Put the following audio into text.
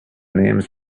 names